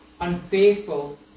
unfaithful